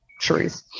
truth